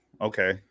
Okay